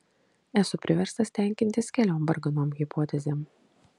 esu priverstas tenkintis keliom varganom hipotezėm